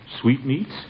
Sweetmeats